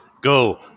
go